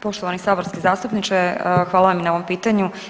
Poštovani saborski zastupniče, hvala vam na ovom pitanju.